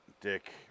Dick